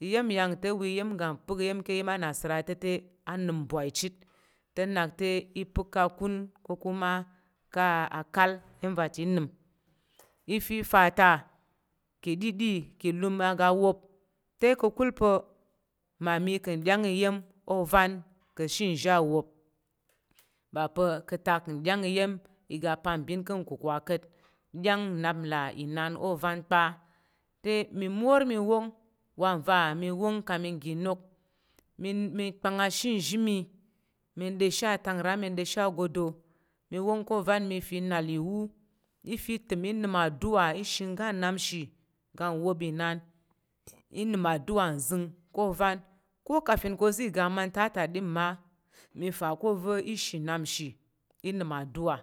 Iya̱m yang te wa iya̱m gang pək iya̱m ka̱ yen anasera te ta a nəm mbwai chit te nak te i pək ka kung ko kuma ka̱ a kal iya̱m vata i nəm i fi fa ta ka̱ ɗiɗi ka̱ ilum aga wop te ka̱kul pa̱ mmami nka̱m ɗyang iya̱m ovan ka̱she nzhi awop ɓa pa̱ ka̱ atak ɗyang iya̱m iga apambin ka̱ kukwa ka̱t nɗyang nnap là inan ovan kpa, te mi mwor mi wong wa nva mi wong kong mi ga nok min mi kpang ashe nzhi mi, mi da̱mshi atak ra mi da̱mshi agodo mi wong ko ovan mi fa nal iwu, ifa təm i nəm aduwa ishí oga nnap nshi ga nwop inan, i nəm aduwa nzəng ká̱ ovan ko kafin kang oza̱ i ga amanta ta din ma mi fa ko ova̱ i shi nnap nshii nəm aduwa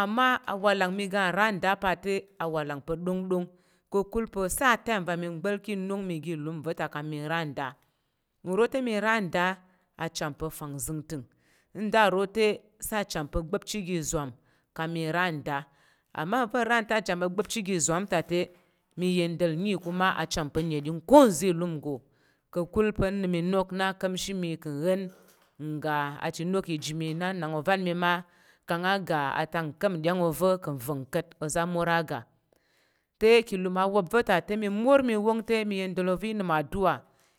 amma awalang mi ga ra nda pa te, awalang pa̱ ɗongɗong ka̱kul pa̱ sai atime va i mi gba̱l nok mi ka̱ lum ta kang mi randa nro te mi randa acham pa̱ fangzəngtəng ndaro te sai acham pa̱ gba̱pchi ka̱ ìzwam kang mi randa ama va̱ randa acham pa̱ gba̱pchi aga izwam ta te mi yendel mi kuma acham pa̱ neɗing ku nza̱ ilum nggo ka̱kul pa̱ ni mi na̱k na kamshi mi kang ka̱ ngga ata nok iga mi na nak kang o vəng mi ma kang a ga ata ka̱m nɗyang ova̱ ka̱ va ka̱t oza̱ ɓu ra ga te kilo a wa va̱ ta te mi mur mi wong te mi yendal ova̱ nəm aduwa.